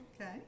Okay